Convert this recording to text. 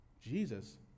Jesus